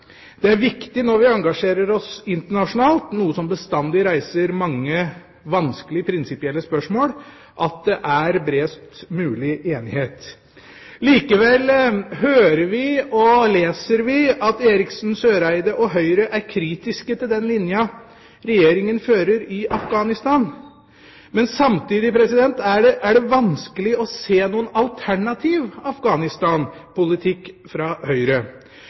Det er viktig når vi engasjerer oss internasjonalt, noe som bestandig reiser mange vanskelige prinsipielle spørsmål, at det er bredest mulig enighet. Likevel hører vi og leser vi at Eriksen Søreide og Høyre er kritiske til den linja Regjeringa fører i Afghanistan. Samtidig er det vanskelig å se noen alternativ Afghanistan-politikk fra Høyre.